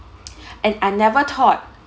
and I never thought